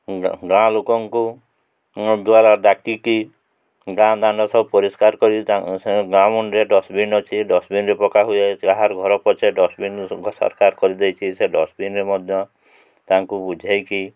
ଗାଁ ଲୋକଙ୍କୁ ଦ୍ୱାରା ଡାକିକି ଗାଁ ଦାଣ୍ଡ ସବୁ ପରିଷ୍କାର କରି ଗାଁ ମୁଣ୍ଡରେ ଡଷ୍ଟବିନ୍ ଅଛି ଡଷ୍ଟବିନ୍ରେ ପକା ହୁଏ ଯାହାର ଘର ପଛେ ଡଷ୍ଟବିନ୍ ସରକାର କରିଦେଇଛି ସେ ଡଷ୍ଟବିନ୍ରେ ମଧ୍ୟ ତାଙ୍କୁ ବୁଝାଇକି